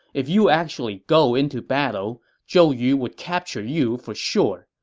if you actually go into battle, zhou yu would capture you for sure!